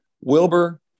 Wilbur